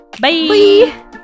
Bye